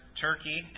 Turkey